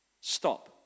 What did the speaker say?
stop